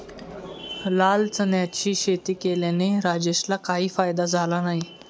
लाल चण्याची शेती केल्याने राजेशला काही फायदा झाला नाही